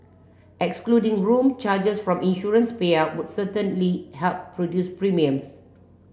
excluding room charges from insurance payout would certainly help reduce premiums